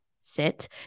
sit